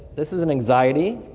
this is and anxiety.